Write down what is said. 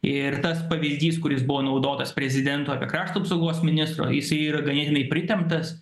ir tas pavyzdys kuris buvo naudotas prezidento krašto apsaugos ministro jisai yra ganėtinai pritemptas